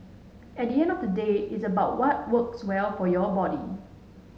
at the end of the day it's about what works well for your body